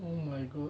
oh my god